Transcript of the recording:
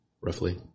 roughly